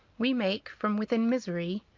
we make, from within misery,